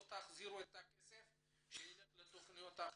או שתחזירו את הכסף שילך לתכניות אחרות,